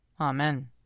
Amen